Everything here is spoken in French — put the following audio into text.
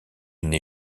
une